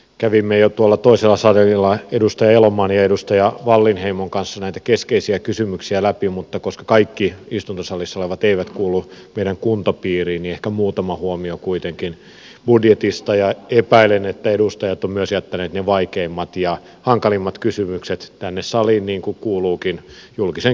kävimme jo tuolla toisella stadionilla edustaja elomaan ja edustaja wallinheimon kanssa näitä keskeisiä kysymyksiä läpi mutta koska kaikki istuntosalissa olevat eivät kuulu meidän kuntapiiriimme niin ehkä muutama huomio kuitenkin budjetista ja epäilen että edustajat ovat myös jättäneet ne vaikeimmat ja hankalimmat kysymykset tänne saliin niin kuin kuuluukin julkisen keskustelun piiriin